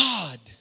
God